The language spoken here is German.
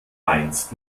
weinst